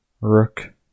Rook